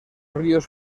ríos